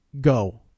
go